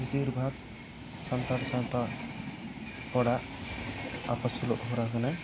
ᱵᱤᱥᱤᱨ ᱵᱷᱟᱜᱽ ᱥᱟᱱᱛᱟᱲ ᱥᱟᱶᱛᱟ ᱦᱚᱲᱟᱜ ᱟᱯᱟᱥᱩᱞᱚᱜ ᱦᱚᱨᱟ ᱠᱟᱱᱟ